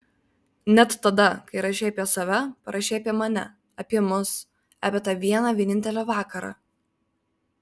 net tada kai rašei apie save parašei apie mane apie mus apie tą vieną vienintelį vakarą